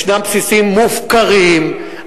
יש בסיסים מופקרים,